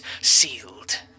sealed